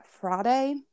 Friday